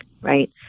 right